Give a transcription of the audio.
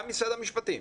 גם משרד המשפטים,